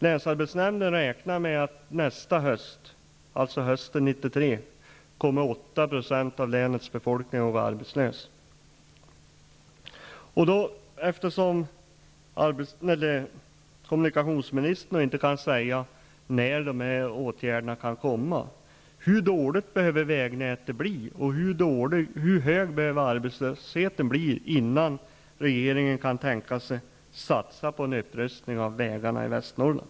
Länsarbetsnämnden räknar med att 8 % av länets befolkning kommer att vara arbetslös hösten 1993. Västernorrland?